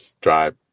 drive